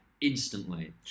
instantly